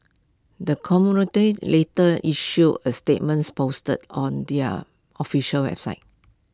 the conglomerate later issued A statements posted on their official website